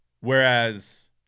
Whereas